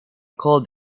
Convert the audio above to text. cold